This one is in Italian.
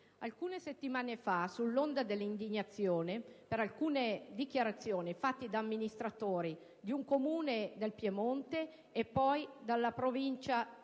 alcune settimane fa, sull'onda dell'indignazione per alcune dichiarazioni fatte da amministratori di un Comune piemontese e poi di una Provincia